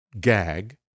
gag